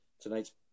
tonight's